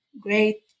great